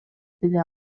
деди